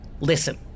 Listen